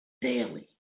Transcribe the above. daily